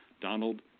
Donald